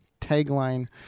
tagline